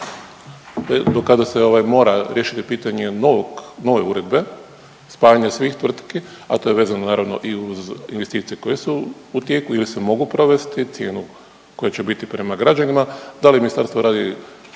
ovaj, mora riješiti pitanje novog, nove uredbe, spajanja svih tvrtki, a to je vezano naravno i uz investicije koje su u tijeku ili se mogu provesti, cijenu koja će biti prema građanima, da li Ministarstvo radi